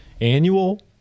annual